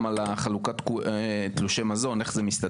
איתך מאוד בחכות ובדברים הללו,